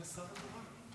יש שר במליאה?